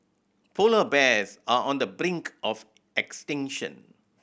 polar bears are on the brink of extinction